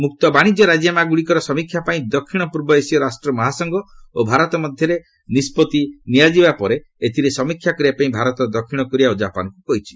ମୁକ୍ତ ବାଣିଜ୍ୟ ରାଜିନାମାଗୁଡ଼ିକର ସମୀକ୍ଷା ପାଇଁ ଦକ୍ଷିଣ ପୂର୍ବ ଏସୀୟ ରାଷ୍ଟ୍ର ମହାସଂଘ ଓ ଭାରତ ମଧ୍ୟରେ ନିଷ୍କତ୍ତି ନିଆଯିବା ପରେ ଏଥିରେ ସମୀକ୍ଷା କରିବା ପାଇଁ ଭାରତ ଦକ୍ଷିଣ କୋରିଆ ଓ ଜାପାନ୍କୁ କହିଛି